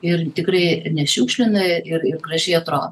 ir tikrai nešiukšlina ir ir gražiai atrodo